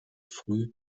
früh